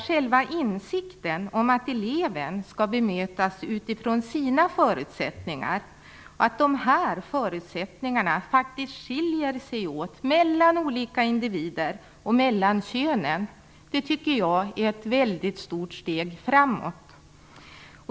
Själva insikten om att eleven skall bemötas utifrån sina förutsättningar och att de här förutsättningarna faktiskt skiljer sig åt mellan olika individer och mellan könen tycker jag är ett mycket stort steg framåt.